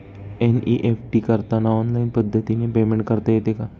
NEFT करताना online पद्धतीने payment करता येते का?